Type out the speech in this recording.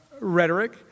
rhetoric